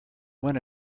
win